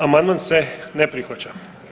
Amandman se ne prihvaća.